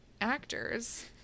actors